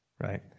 right